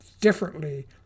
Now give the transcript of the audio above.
differently